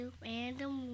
random